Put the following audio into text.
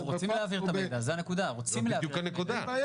אנחנו רוצים להעביר את המידע, זו בדיוק הנקודה.